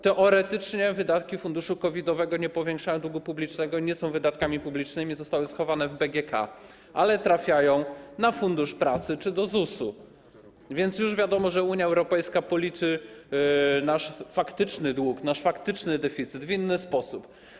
Teoretycznie wydatki funduszu COVID-owego nie powiększają długu publicznego, nie są wydatkami publicznymi, zostały schowane w BGK, ale trafiają na Fundusz Pracy czy do ZUS-u, więc już wiadomo, że Unia Europejska policzy nasz faktyczny dług, nasz faktyczny deficyt w inny sposób.